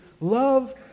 love